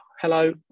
hello